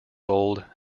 old